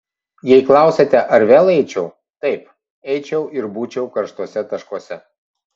jei klausiate ar vėl eičiau taip eičiau ir būčiau karštuose taškuose